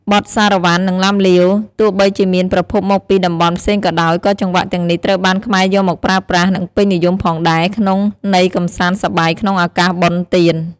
បទសារ៉ាវ៉ាន់ និងឡាំលាវ: ទោះបីជាមានប្រភពមកពីតំបន់ផ្សេងក៏ដោយ ក៏ចង្វាក់ទាំងនេះត្រូវបានខ្មែរយកមកប្រើប្រាស់ និងពេញនិយមផងដែរ ក្នុងន័យកម្សាន្តសប្បាយក្នុងឱកាសបុណ្យទាន។